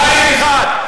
בית אחד.